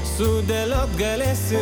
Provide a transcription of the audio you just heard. sudėliot galėsi